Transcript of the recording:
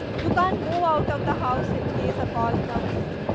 you cannot move out of the house in case a call comes.